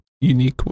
unique